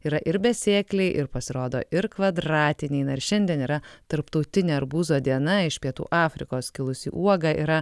yra ir besėkliai ir pasirodo ir kvadratiniai na ir šiandien yra tarptautinė arbūzo diena iš pietų afrikos kilusi uoga yra